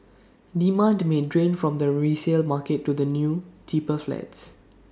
demand may drain from the resale market to the new cheaper flats